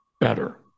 better